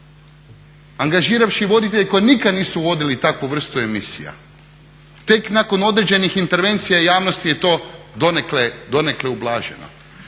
angažiravši voditelje koji nikad nisu vodili takvu vrstu emisija. Tek nakon određenih intervencija javnosti je to donekle ublaženo.